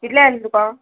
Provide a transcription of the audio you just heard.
कितले आसलें तुका